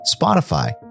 Spotify